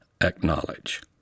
Acknowledge